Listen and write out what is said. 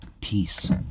Peace